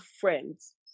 friends